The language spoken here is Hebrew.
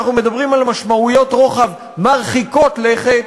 אנחנו מדברים על משמעויות רוחב מרחיקות לכת,